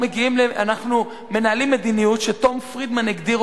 אנחנו מנהלים מדיניות שתום פרידמן הגדיר